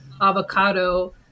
avocado